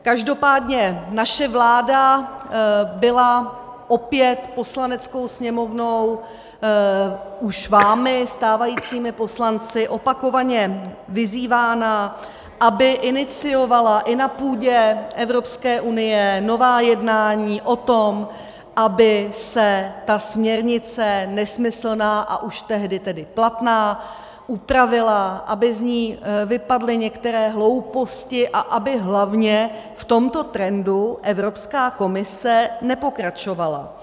Každopádně naše vláda byla opět Poslaneckou sněmovnou, už vámi, stávajícími poslanci, opakovaně vyzývána, aby iniciovala i na půdě Evropské unie nová jednání o tom, aby se ta směrnice nesmyslná a už tehdy platná upravila, aby z ní vypadly některé hlouposti a aby hlavně v tomto trendu Evropská komise nepokračovala.